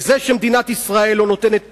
זה שמדינת ישראל לא נותנת פתרון,